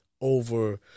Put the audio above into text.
Over